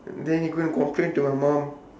then he go and complain to my mom